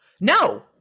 no